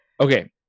Okay